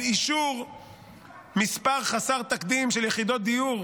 על אישור מספר חסר תקדים של יחידות דיור